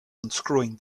unscrewing